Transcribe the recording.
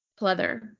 pleather